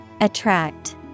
attract